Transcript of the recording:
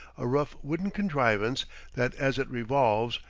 a rough wooden contrivance that as it revolves,